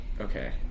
Okay